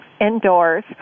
indoors